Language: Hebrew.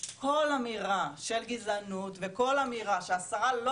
כל אמירה של גזענות וכל אמירה שהשרה לא